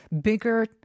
bigger